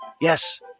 yes